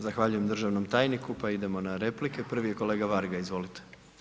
Zahvaljujem državnom tajniku, pa idemo na replike, prvi je kolega Varga, izvolite.